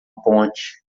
ponte